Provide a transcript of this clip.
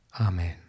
Amen